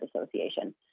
association